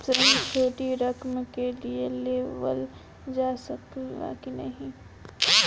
ऋण छोटी रकम के लिए लेवल जा सकेला की नाहीं?